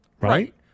Right